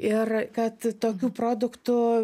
ir kad tokių produktų